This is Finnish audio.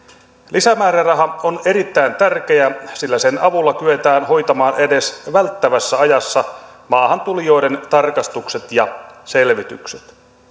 lisämääräraha on erittäin tärkeä sillä sen avulla kyetään hoitamaan edes välttävässä ajassa maahantulijoiden tarkastukset ja selvitykset